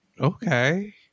okay